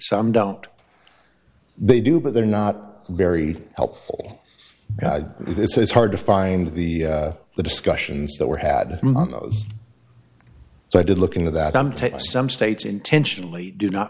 some don't they do but they're not very helpful it's hard to find the the discussions that were had so i did look into that i'm taking some states intentionally do not